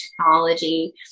technology